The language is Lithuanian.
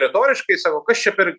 retoriškai sako kas čia per